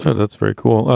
that's very cool.